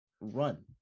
Run